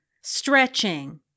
stretching